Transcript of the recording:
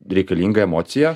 reikalinga emocija